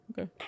okay